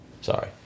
Sorry